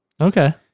Okay